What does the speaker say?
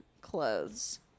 clothes